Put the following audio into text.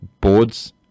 boards